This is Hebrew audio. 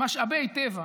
משאבי טבע,